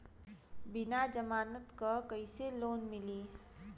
बिना जमानत क कइसे लोन मिली?